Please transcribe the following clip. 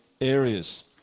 areas